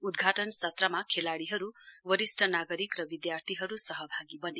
उद्घाटन सत्रमा खेलाडीहरू वरिष्ट नागरिक र विद्यार्थीहरू सहभागी बने